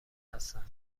هستند